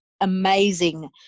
amazing